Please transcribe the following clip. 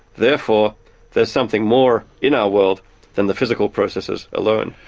therefore there's something more in our world than the physical processes alone.